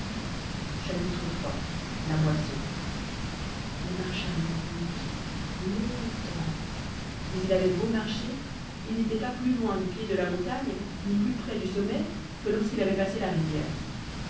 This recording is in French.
iii la moisson il marcha longtemps longtemps mais il avait beau marcher il n'était pas plus loin du pied de la montagne ni plus près du sommet que lorsqu'il avait passé la rivière